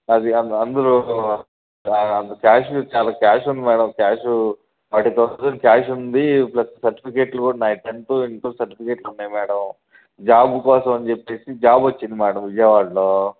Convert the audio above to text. అది అందులో and cash చాలా క్యాష్ ఉంది madam cash forty thousand cash ఉంది ప్లస్ సర్టిఫికెట్లు కూడా నావి టెన్త్ ఇంటర్ సర్టిఫికెట్లు ఉన్నాయి మేడం జాబ్ కోసమని చెప్పేసి జాబ్ వచ్చింది మేడం విజయవాడలో